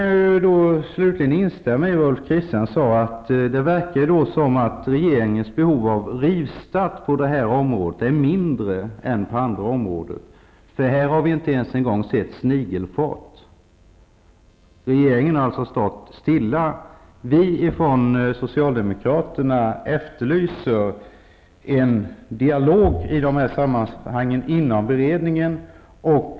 Jag kan instämma i det Ulf Kristersson sade, att det verkar som om regeringens behov av rivstart på det här området är mindre än på andra områden. Här har vi inte ens sett snigelfart. Regeringen har alltså stått stilla. Vi socialdemokrater efterlyser en dialog inom beredningen.